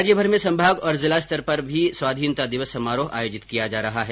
राज्यमर में संभाग और जिला स्तर पर भी स्वाधीनता दिवस समारोह आयोजित किया जा रहा है